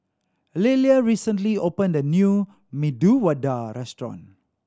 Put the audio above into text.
Lillia recently opened a new Medu Vada Restaurant